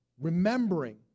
Remembering